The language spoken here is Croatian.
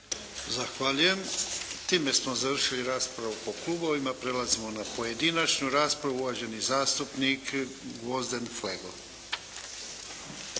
Zahvaljujem. Time smo završili raspravu po klubovima. Prelazimo na pojedinačnu raspravu. Uvaženi zastupnik Gvozden Flego.